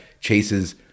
Chase's